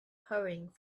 hurrying